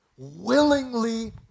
willingly